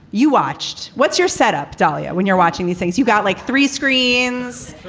you watched. what's your setup? dalia, when you're watching these things, you got like three screens.